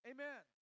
Amen